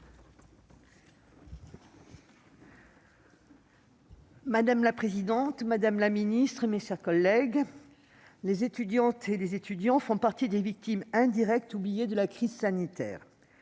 Madame la présidente, madame la ministre, mes chers collègues, les étudiants font partie des victimes indirectes, oubliées de la crise sanitaire.